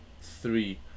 three